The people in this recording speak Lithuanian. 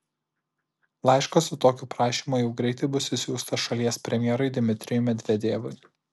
laiškas su tokiu prašymu jau greitai bus išsiųstas šalies premjerui dmitrijui medvedevui